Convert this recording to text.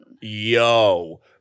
Yo